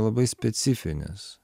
labai specifinis